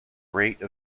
rate